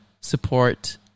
support